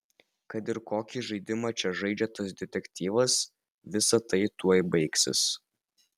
kad ir kokį žaidimą čia žaidžia tas detektyvas visa tai tuoj baigsis